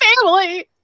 family